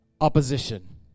opposition